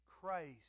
Christ